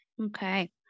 Okay